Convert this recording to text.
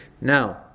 now